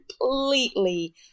completely